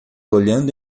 olhando